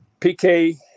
PK